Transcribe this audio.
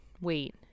Wait